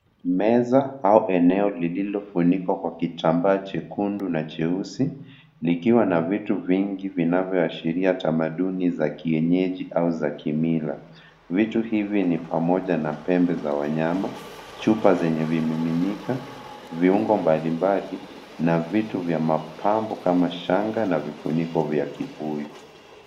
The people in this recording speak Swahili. Meza au eneo lililo funikwa kwa kitambaa chekundu na cheusi, vikiwa na vitu vingi vinavyo ashiria tamaduni za kienyeji au za kimila. Vitu hivi ni pamoja na pembe za wanyama, chupa zenye vimiminika, viungo mbalimbali, na vitu vya mapambo kama shanga na vifuniko vya kivuli.